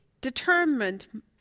determined